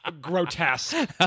grotesque